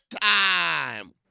time